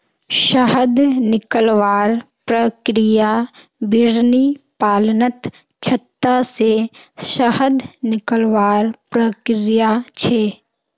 शहद निकलवार प्रक्रिया बिर्नि पालनत छत्ता से शहद निकलवार प्रक्रिया छे